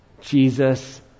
Jesus